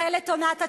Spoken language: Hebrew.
החלה את עונת הציד.